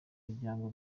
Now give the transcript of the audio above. miryango